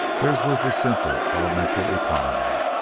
theirs was the simple, elemental economy.